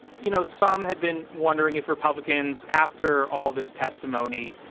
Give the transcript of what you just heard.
you know, some had been wondering if republicans, after all of this testimony,